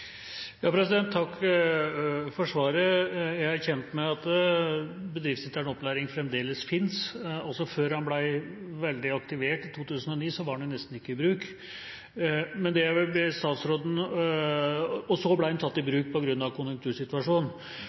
Takk for svaret. Jeg er kjent med at bedriftsintern opplæring fremdeles finnes. Før den ble veldig aktivert i 2009, var den nesten ikke i bruk, og så ble den tatt i bruk på grunn av konjunktursituasjonen.